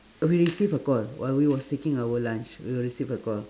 we receive a call while we was taking our lunch we receive a call